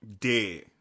Dead